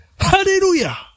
hallelujah